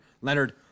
Leonard